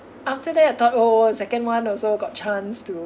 after that I thought oh second one also got chance to